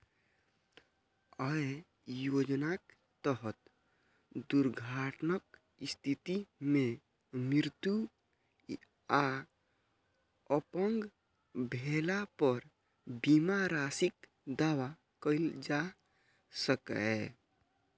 अय योजनाक तहत दुर्घटनाक स्थिति मे मृत्यु आ अपंग भेला पर बीमा राशिक दावा कैल जा सकैए